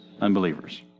Unbelievers